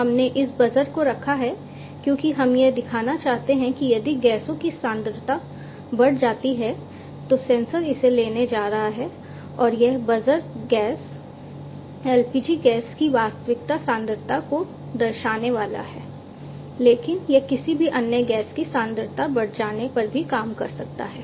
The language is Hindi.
हमने इस बजर को रखा है क्योंकि हम यह दिखाना चाहते हैं कि यदि गैसों की सांद्रता बढ़ जाती है तो सेंसर इसे लेने जा रहा है और यह बजर गैस LPG गैस की वास्तविक सांद्रता को दर्शाने वाला है लेकिन यह किसी भी अन्य गैस की सांद्रता बढ़ जाने पर भी काम कर सकता है